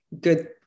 good